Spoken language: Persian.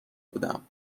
بودم